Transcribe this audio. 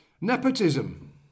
Nepotism